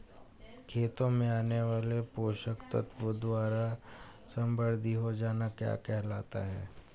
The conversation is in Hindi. खेतों में आने वाले पोषक तत्वों द्वारा समृद्धि हो जाना क्या कहलाता है?